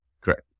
Correct